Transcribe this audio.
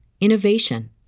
innovation